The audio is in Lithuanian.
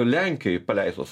lenkijoj paleistos